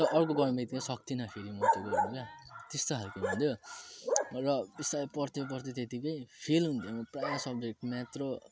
तर अर्को गर्ने बित्तिक्कै सक्थिनँ फेरि म त्यो गर्नु क्या त्यस्तो खालको हुन्थ्यो र बिस्तारो पढ्थ्यो पढ्थ्यो त्यत्तिक्कै फेल हुन्थेँ म प्राय सब्जेक्ट म्याथ र